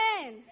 amen